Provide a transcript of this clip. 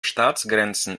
staatsgrenzen